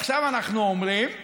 עכשיו אנחנו אומרים: